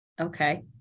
Okay